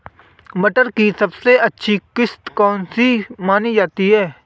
मटर की सबसे अच्छी किश्त कौन सी मानी जाती है?